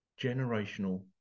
generational